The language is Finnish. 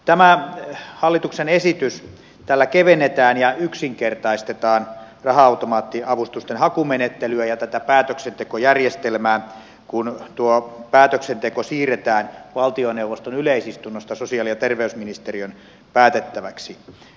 tällä hallituksen esityksellä kevennetään ja yksinkertaistetaan raha automaattiavustusten hakumenettelyä ja tätä päätöksentekojärjestelmää kun päätöksenteko siirretään valtioneuvoston yleisistunnosta sosiaali ja terveysministeriön päätettäväksi